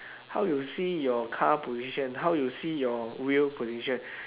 how you see your car position how you see your wheel position